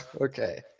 okay